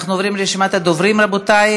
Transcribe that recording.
אנחנו עוברים לרשימת הדוברים, רבותי.